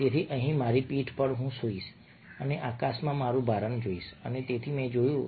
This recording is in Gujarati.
તેથી અહીં મારી પીઠ પર હું સૂઈશ અને આકાશમાં મારું ભરણ જોઈશ અને તેથી મેં જોયું